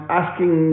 asking